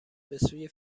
بسوی